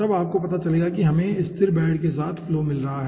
तब आपको पता चलेगा कि हमें स्थिर बेड के साथ फ्लो मिल रहा है